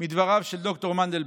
מדבריו של ד"ר מנדלבליט.